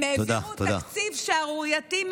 הם העבירו תקציב שערורייתי,